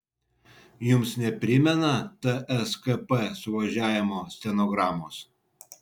jums neprimena tskp suvažiavimo stenogramos